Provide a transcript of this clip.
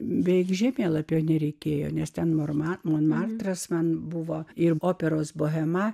bėk žemėlapio nereikėjo nes ten morma monmartras man buvo ir operos bohema